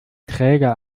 träger